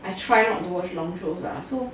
I try not to watch long shows lah so